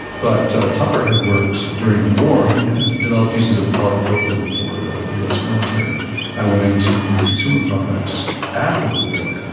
but tupper had worked during the war, he had developed uses of polypropylene for the us military and went into consumer products after the war.